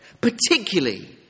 Particularly